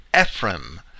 Ephraim